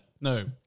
No